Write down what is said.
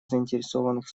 заинтересованных